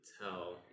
tell